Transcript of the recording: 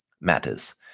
matters